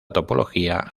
topología